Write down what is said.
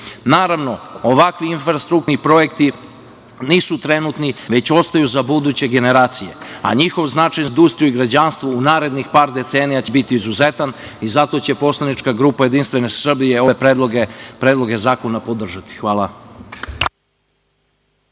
Naravno ovakvi infrastrukturni projekti nisu trenutni već ostaju za buduće generacije, a njihov značaj za industriju i građanstvo u narednih par decenija će biti izuzetan i zato će poslanička grupa JS ove predloge zakona podržati. Hvala.